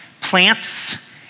Plants